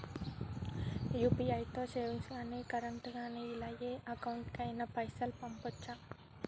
UPI తో savings గాని current గాని ఇలా ఏ అకౌంట్ కైనా పైసల్ పంపొచ్చా?